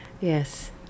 Yes